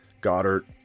Goddard